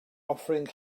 offering